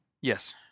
Yes